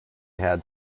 had